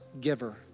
giver